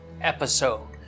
episode